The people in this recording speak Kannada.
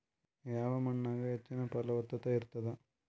ಯಾವ ಮಣ್ಣಾಗ ಹೆಚ್ಚಿನ ಫಲವತ್ತತ ಇರತ್ತಾದ?